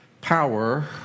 power